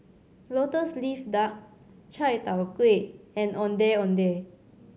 Lotus Leaf Duck chai tow kway and Ondeh Ondeh